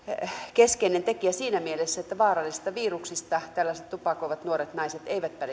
keskeinen tekijä siinä mielessä että vaarallisista viruksista tällaiset tupakoivat nuoret naiset eivät